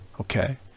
okay